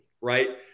right